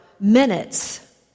minutes